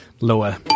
Lower